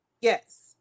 Yes